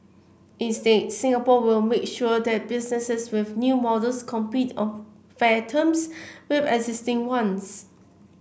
instead Singapore will make sure that businesses with new models compete on fair terms with existing ones